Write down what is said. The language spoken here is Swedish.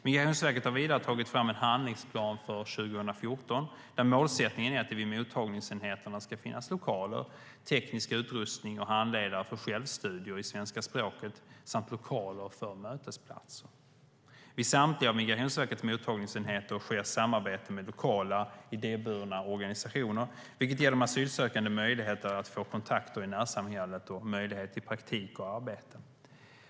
Migrationsverket har vidare tagit fram en handlingsplan för 2014 där målsättningen är att det vid mottagningsenheterna ska finnas lokaler, teknisk utrustning och handledare för självstudier i svenska språket samt lokaler för mötesplatser. Vid samtliga av Migrationsverkets mottagningsenheter sker samarbete med lokala idéburna organisationer, vilket ger de asylsökande möjligheter att få kontakter i närsamhället och möjlighet till praktik och arbete.